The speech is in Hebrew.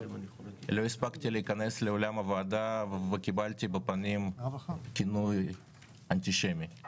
לא הספקתי להיכנס לאולם הוועדה וכבר קיבלתי בפנים כינוי "אנטישמי".